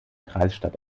kreisstadt